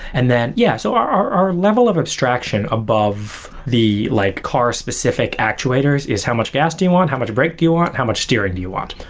and then yeah, so our our level of abstraction above the like car specific actuators is how much gas do you want, how much brake do you want, how much steering do you want,